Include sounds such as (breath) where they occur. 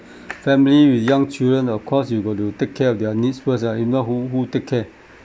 (breath) family with young children or course you got to take care of their needs first lah if not who who take care